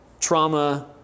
trauma